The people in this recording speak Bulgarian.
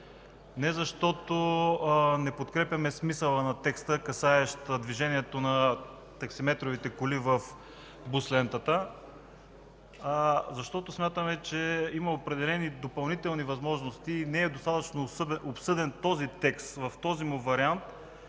не защото не подкрепяме смисъла на текста, касаещ движението на таксиметровите коли в бус лентата, а защото смятаме, че има определени допълнителни възможности и не е достатъчно обсъден текстът в този му вариант.